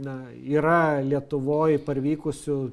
na yra lietuvoj parvykusių